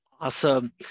Awesome